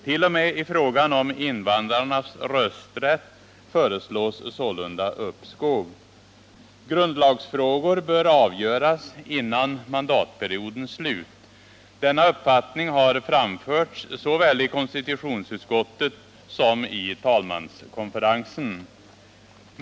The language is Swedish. T.o.m. i fråga om invandrarnas rösträtt föreslås sålunda uppskov. Grundlagsfrågor bör avgöras före mandatperiodens slut. Denna uppfattning har framförts såväl i konstitutionsutskottet som i talmanskonferensen.